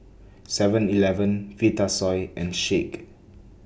Seven Eleven Vitasoy and Schick